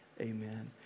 Amen